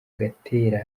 gatera